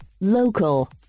Local